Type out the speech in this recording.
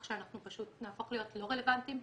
שאנחנו פשוט נהפוך להיות לא רלוונטיים,